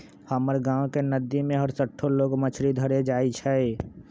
हमर गांव के नद्दी में हरसठ्ठो लोग मछरी धरे जाइ छइ